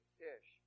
fish